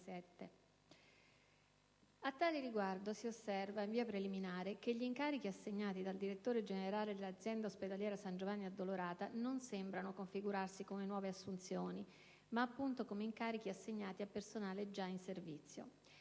A tale riguardo, si osserva in via preliminare che gli incarichi assegnati dal direttore generale dell'azienda ospedaliera San Giovanni Addolorata non sembrano configurarsi come nuove assunzioni ma, appunto, come incarichi assegnati a personale già in servizio.